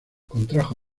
contrajo